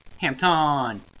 Hampton